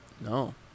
No